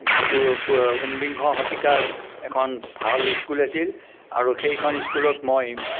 ঊনবিংশ শতিকাৰ এখন ভাল স্কুল আছিল আৰু সেইখন স্কুলত মই